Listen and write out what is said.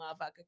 motherfucker